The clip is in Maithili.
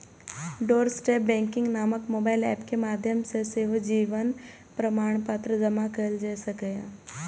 डोरस्टेप बैंकिंग नामक मोबाइल एप के माध्यम सं सेहो जीवन प्रमाणपत्र जमा कैल जा सकैए